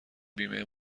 بیمه